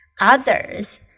Others